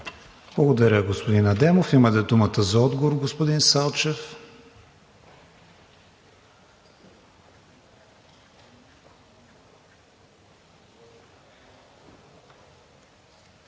Благодаря, господин Адемов. Имате думата за отговор, господин Салчев.